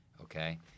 okay